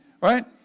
Right